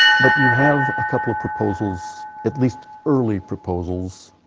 but you have a couple of proposals at least early proposals,